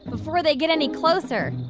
before they get any closer.